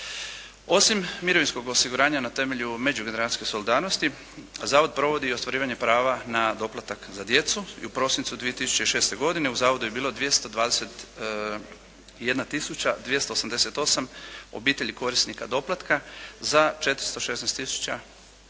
Osim mirovinskog osiguranja na temelju međugeneracijske solidarnosti Zavod provodi i ostvarivanje prava na doplatak za djecu i u prosincu 2006. u Zavodu je bilo 221 tisuća 288 obitelji korisnika doplatka za 416 tisuća